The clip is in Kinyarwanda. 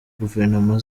guverinoma